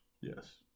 Yes